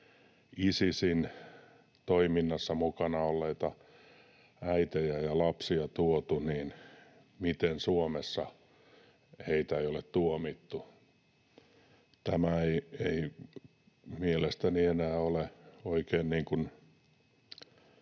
Isisin toiminnassa mukana olleita äitejä ja lapsia tuotu, niin miten Suomessa heitä ei ole tuomittu. [Leena Meren välihuuto] Tämä ei mielestäni enää ole oikein